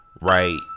right